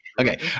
Okay